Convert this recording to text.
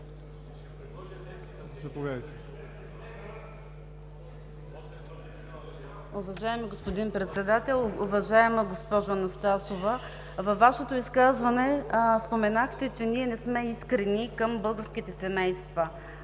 Във Вашето изказване споменахте, че ние не сме искрени към българските семейства.